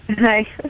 hi